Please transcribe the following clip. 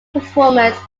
performance